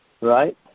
Right